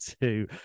two